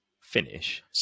finish